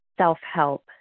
self-help